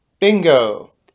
Bingo